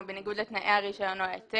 עכשיו - או בניגוד לתנאי הרישיון או ההיתר